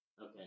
Okay